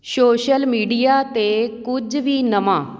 social media 'ਤੇ ਕੁਝ ਵੀ ਨਵਾਂ